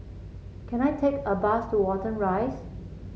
can I take a bus to Watten Rise